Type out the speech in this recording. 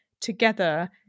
together